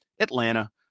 Atlanta